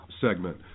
segment